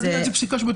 זו פסיקה של בית